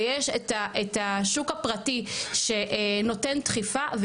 ויש את השוק הפרטי שנותן דחיפה,